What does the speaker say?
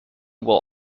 will